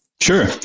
sure